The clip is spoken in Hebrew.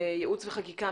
ייעוץ וחקיקה,